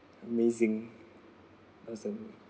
amazing that's a